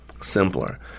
simpler